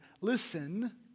Listen